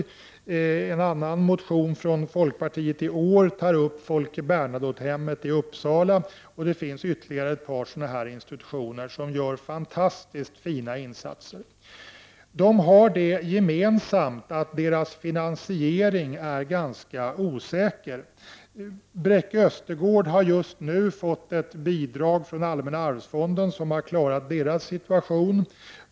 I en annan motion från i år tar folkpartiet upp Folke Bernadotte-hemmet i Uppsala. Det finns ytterligare ett par sådana institutioner som gör fantastiska insatser. De har det gemensamt att deras finansiering är ganska osäker. Bräcke Östergård har just nu fått ett bidrag från allmänna arvsfonden, vilket har klarat dess situation.